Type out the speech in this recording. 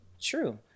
True